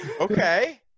okay